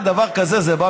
רק שנייה.